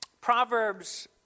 Proverbs